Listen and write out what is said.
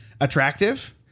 attractive